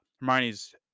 Hermione's